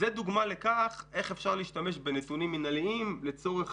זו דוגמה לכך שאפשר להשתמש בנתונים מינהליים לצורך